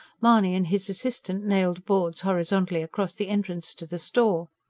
mahony and his assistant nailed boards horizontally across the entrance to the store.